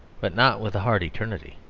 but not with a hard eternity,